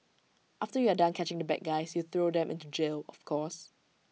after you are done catching the bad guys you throw them into jail of course